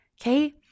Okay